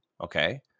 Okay